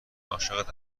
عاشقت